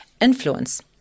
influence